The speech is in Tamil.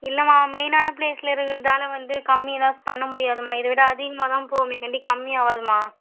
இல்லைம்மா மெயினான ப்ளேஸில் இருக்கிறதால வந்து கம்மிலாம் பண்ண முடியாதும்மா இதை விட அதிகமாக தான் போகுமேகாண்டி கம்மி ஆகாதுமா